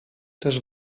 też